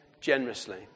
generously